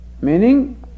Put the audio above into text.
Meaning